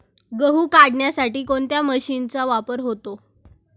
गहू काढण्यासाठी कोणत्या मशीनचा वापर होतो?